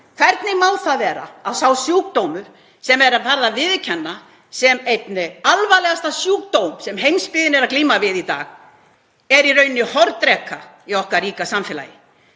Hvernig má það vera að sá sjúkdómur sem er farið að viðurkenna sem einn alvarlegasta sjúkdóm sem heimsbyggðin er að glíma við í dag, er í rauninni hornreka í okkar ríka samfélagi?